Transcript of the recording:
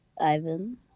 Ivan